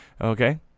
okay